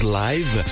live